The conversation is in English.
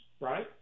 right